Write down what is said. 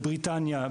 בבריטניה,